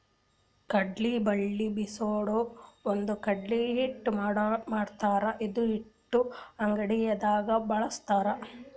ಕಡ್ಲಿ ಬ್ಯಾಳಿ ಬೀಸ್ಕೊಂಡು ಬಂದು ಕಡ್ಲಿ ಹಿಟ್ಟ್ ಮಾಡ್ತಾರ್ ಇದು ಹಿಟ್ಟ್ ಅಡಗಿದಾಗ್ ಬಳಸ್ತಾರ್